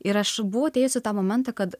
ir aš buvau atėjusi tą momentą kad